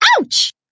ouch